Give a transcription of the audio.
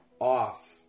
off